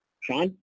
Sean